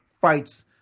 fights